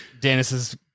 Dennis's